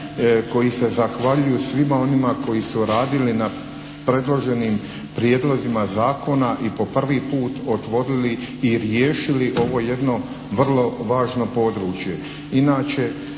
koji se zahvaljuju svima onima koji su radili na predloženim prijedlozima zakona i po prvi put otvorili i riješili ovo jedno vrlo važno područje.